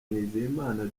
nizeyimana